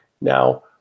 Now